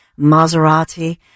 Maserati